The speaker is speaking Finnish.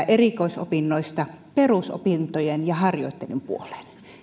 erikois opinnoista perusopintojen ja harjoittelun puolelle